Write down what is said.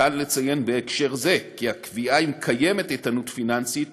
ניתן לציין בהקשר זה כי הקביעה אם קיימת איתנות פיננסית